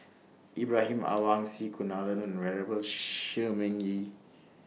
Ibrahim Awang C Kunalan and Venerable Shi Ming Yi